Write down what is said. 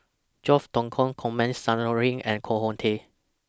George Dromgold Coleman Saw and Koh Hong Teng